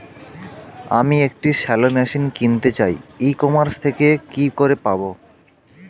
আমি একটি shallow machine কিনতে চাই ই কমার্স থেকে কি করে পাবো?